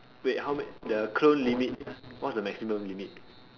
wait how many ya the clone what is the maximum limit